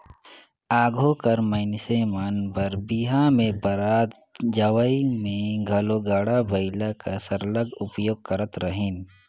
आघु कर मइनसे मन बर बिहा में बरात जवई में घलो गाड़ा बइला कर सरलग उपयोग करत रहिन